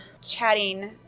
chatting